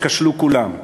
שכשלו כולם: